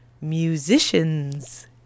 musicians